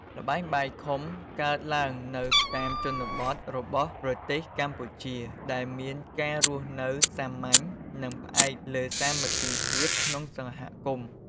ល្បែងបាយខុំកើតឡើងនៅតាមជនបទរបស់ប្រទេសកម្ពុជា ដែលមានការរស់នៅសាមញ្ញ និងផ្អែកលើសាមគ្គីភាពក្នុងសហគមន៍។